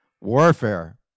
Warfare